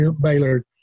Baylor